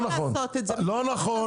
לא נכון.